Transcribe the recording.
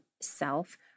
self